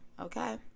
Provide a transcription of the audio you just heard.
Okay